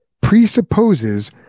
presupposes